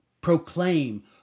proclaim